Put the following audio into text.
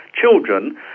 children